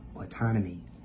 autonomy